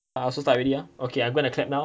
so start already ah okay I'm gonna clap now